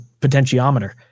potentiometer